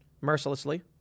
mercilessly